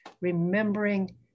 Remembering